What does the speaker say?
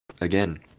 again